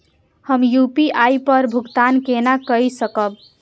हम यू.पी.आई पर भुगतान केना कई सकब?